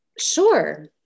Sure